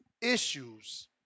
issues